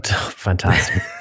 Fantastic